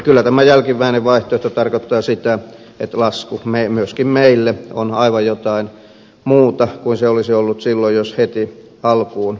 kyllä tämä jälkimmäinen vaihtoehto tarkoittaa sitä että lasku myöskin meille on aivan jotain muuta kuin se olisi ollut silloin jos heti alkuun olisi reagoitu